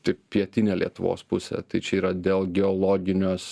tai pietinė lietuvos pusė tai čia yra dėl geologinės